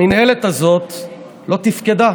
המינהלת הזאת לא תפקדה